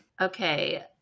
Okay